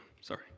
Sorry